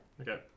Okay